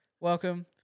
Welcome